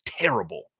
terrible